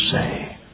say